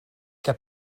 que